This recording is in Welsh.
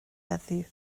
heddiw